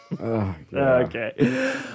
okay